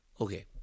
Okay